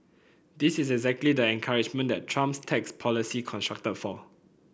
this is exactly the encouragement that Trump's tax policy constructed for